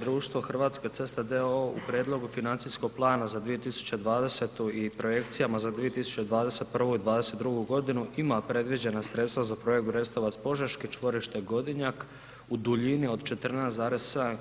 Društvo Hrvatske ceste d.o.o. u prijedlogu financijskog plana za 2020. i projekcijama za 2021. i 2022. g. ima predviđena sredstva za provedbu Brestovac Požeški, čvorište Godinjak u duljini od 14,7